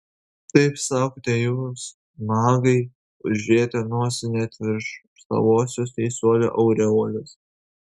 taip sakote jūs magai užrietę nosį net virš savosios teisuolių aureolės